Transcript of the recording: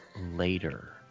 later